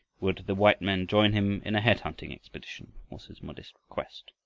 would the white man join him in a head-hunting expedition, was his modest request.